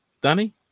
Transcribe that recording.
Danny